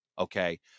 okay